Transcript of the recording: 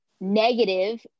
negative